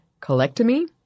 colectomy